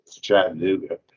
Chattanooga